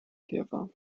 käfer